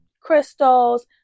crystals